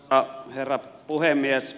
arvoisa herra puhemies